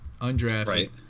Undrafted